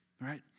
Right